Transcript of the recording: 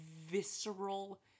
visceral